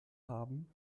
haben